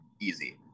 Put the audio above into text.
easy